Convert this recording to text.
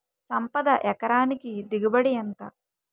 సంపద ఎకరానికి దిగుబడి ఎంత?